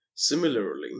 Similarly